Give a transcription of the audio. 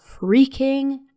freaking